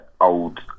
old